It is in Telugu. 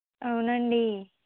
అవునండీ